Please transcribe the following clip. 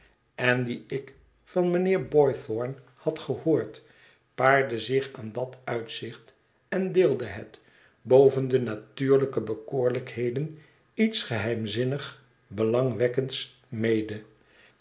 en die ik van mijnheer boythorn had gehoord paarde zich aan dat uitzicht en deelde het boven de natuurlijke bekoorlijkheden iets geheimzinnig belangwekkends mede